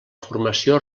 formació